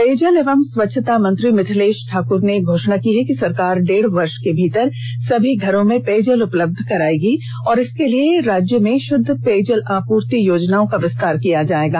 पेयजल एवं स्वच्छता मंत्री मिथिलेश ठाकुर ने घोषणा की है कि सरकार डेढ़ वर्ष के भीतर सभी घरों में पेयजल उपलब्ध करवा देगी और इसके लिए राज्य में शुद्धलापूर्ति योजनाओं का विस्तार किया जाएगा